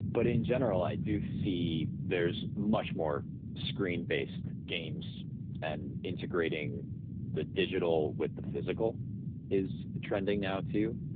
but in general i do see there is much more screen-based games and integrating the digital with the physical is trending now too.